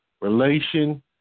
relation